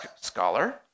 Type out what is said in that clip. scholar